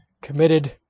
committed